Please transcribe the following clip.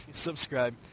Subscribe